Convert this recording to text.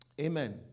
Amen